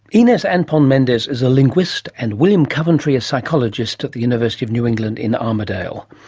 ines anton-mendez is a linguist, and william coventry a psychologist at the university of new england in armidale.